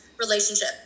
relationship